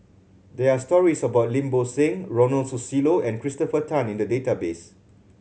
there are stories about Lim Bo Seng Ronald Susilo and Christopher Tan in the database